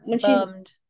bummed